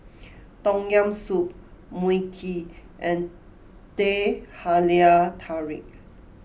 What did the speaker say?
Tom Yam Soup Mui Kee and Teh Halia Tarik